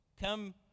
come